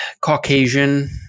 Caucasian